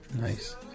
Nice